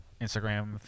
Instagram